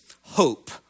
hope